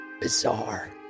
bizarre